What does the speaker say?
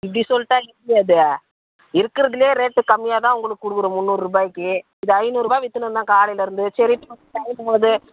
இப்படி சொல்லிட்டா எப்படி அது இருக்கிறதுலே ரேட்டு கம்மியாக தான் உங்களுக்கு கொடுக்குறோம் முந்நூறுபாய்க்கி இது ஐந்நூறுபாய் விற்றுன்னுருந்தோம் காலையிலிருந்து சரி டைம் ஆகுது